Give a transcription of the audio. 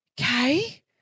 Okay